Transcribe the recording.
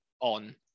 on